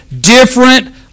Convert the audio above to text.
different